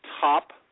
top